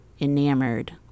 enamored